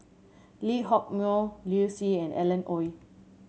Lee Hock Moh Liu Si and Alan Oei